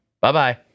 Bye-bye